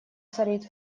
царит